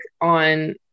on